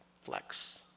flex